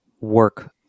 work